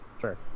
sure